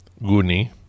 Guni